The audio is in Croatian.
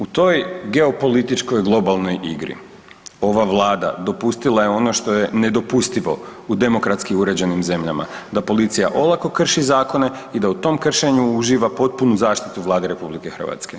U toj geopolitičkoj globalnoj igri ova vlada dopustila je ono što je nedopustivo u demokratski uređenim zemljama da policija olako krši zakone i da u tom kršenju uživa potpunu zaštitu Vlade RH.